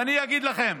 ואני אגיד לכם: